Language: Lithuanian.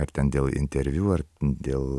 ar ten dėl interviu ar dėl